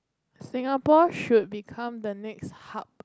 Singapore should become the next hub